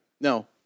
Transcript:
No